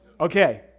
okay